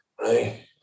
right